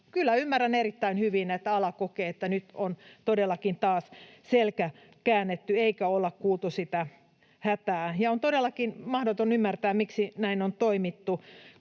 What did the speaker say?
Kyllä ymmärrän erittäin hyvin, että ala kokee, että nyt on todellakin taas selkä käännetty eikä olla kuultu sitä hätää. On todellakin mahdoton ymmärtää, miksi näin on toimittu,